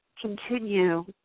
continue